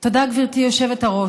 תודה, גברתי היושבת-ראש.